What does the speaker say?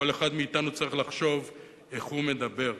כל אחד מאתנו צריך לחשוב איך הוא מדבר,